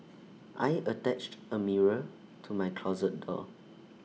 I attached A mirror to my closet door